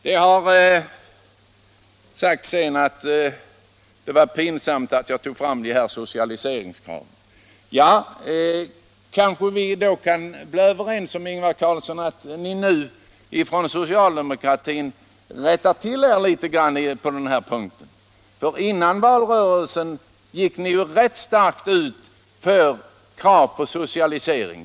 Det har sagts att det var pinsamt att jag tog upp socialiseringskraven. Men då kanske Ingvar Carlsson och jag kan bli överens om att ni inom socialdemokratin nu bör försöka rätta till begreppen på den här punkten. Före valrörelsen gick ni ju ut rätt starkt med krav på socialisering.